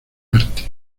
parte